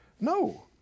No